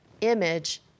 image